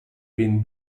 ben